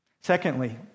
Secondly